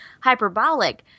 hyperbolic